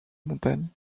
montagnes